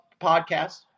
podcast